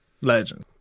legend